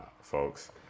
folks